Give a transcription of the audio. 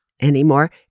anymore